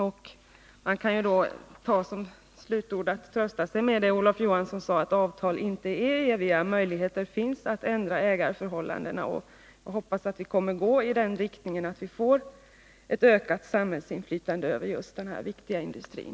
Slutligen: Man kan trösta sig med att det är som Olof Johansson sade, nämligen att avtal inte är eviga, att möjligheter finns till ändring av ägarförhållandena. Jag hoppas att vi får ett ökat samhällsinflytande när det gäller just den viktiga industrin.